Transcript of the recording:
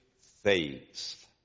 faith